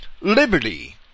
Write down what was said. liberty